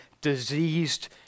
diseased